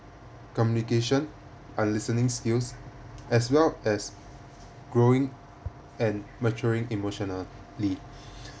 communication and listening skills as well as growing and maturing emotionally